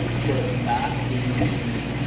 sort of not the, the.